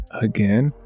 again